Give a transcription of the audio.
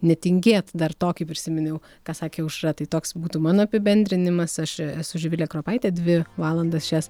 netingėti dar tokį prisiminiau ką sakė aušra tai toks būtų mano apibendrinimas aš esu živilė kropaitė dvi valandas šias